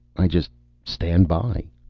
i just stand by.